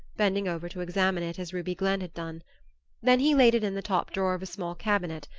bending over to examine it as ruby glenn had done then he laid it in the top drawer of a small cabinet,